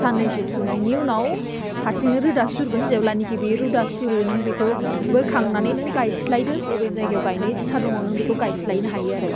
साननैसो थुनायनि उनाव हारसिंनो रोदा सुरगोन जेब्लानोखि बियो रोदा सुरो नों बेखौ बोखांनानै नों गायस्लायदो बबे जायगायाव गायनो इतसा दङ नों बेखौ गायस्लायनो हायो आरो